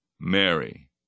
Mary